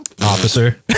Officer